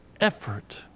effort